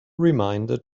reminder